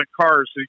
cars